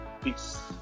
Peace